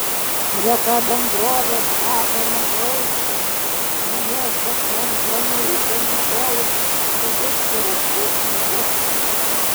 reta bendrovė stato mažaaukščius nuo miesto centro ne itin nutolusius patogius ir erdvius butus